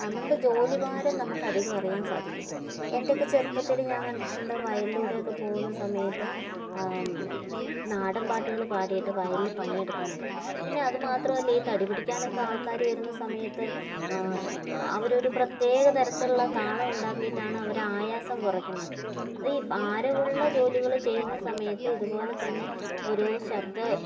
നമ്മുടെ ജോലി ഭാരം നമുക്കധികം അറിയാൻ സാധിക്കില്ല എൻ്റെയൊക്ക ചെറുപ്പത്തില് ഞാൻ കണ്ടിട്ടുണ്ട് വയലിലൂടെയൊക്കെ പോകുന്ന സമയത്ത് നാടൻ പാട്ടുകള് പാടിയിട്ട് വയലില് പണിയെടുക്കുന്നത് പിന്നെ അതുമാത്രമല്ല ഈ തടിപിടിക്കാനൊക്കെ ആൾക്കാര് വരുന്ന സമയത്ത് അവരൊരു പ്രത്യേക തരത്തിലുള്ള താളം ഉണ്ടാക്കിയിട്ടാണ് അവര് ആയാസം കുറയ്ക്കുന്നത് അത് ഈ ഭാരമുള്ള ജോലികള് ചെയ്യുന്ന സമയത്ത് ഇതുപോലെതന്നെ ഒരു ശബ്ദ